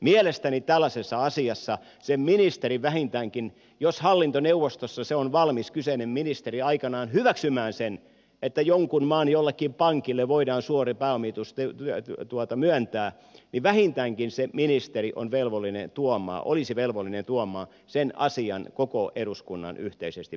mielestäni tällaisessa asiassa se ministeri vähintäänkin jos hallintoneuvostossa kyseinen ministeri on valmis aikanaan hyväksymään sen että jonkun maan jollekin pankille voidaan suora pääomitus myöntää vähintäänkin se ministeri on velvollinen tuomaa olisi velvollinen tuomaan sen asian koko eduskunnan yhteisesti päätettäväksi